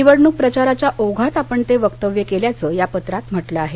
निवडण्क प्रचाराच्या ओघात आपण ते वक्तव्य केल्याचं या पत्रात म्हटलं आहे